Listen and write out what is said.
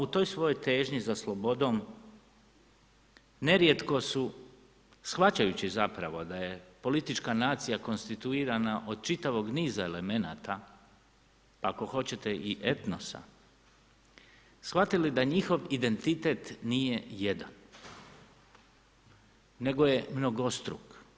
U toj svojoj težnji za slobodom nerijetko su shvaćajući zapravo da je politička nacija konstituirana od čitavog niza elemenata, pa ako hoćete i etnosa shvatili da njihov identitet nije jedan, nego je mnogostruk.